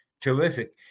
terrific